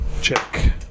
Check